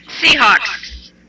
Seahawks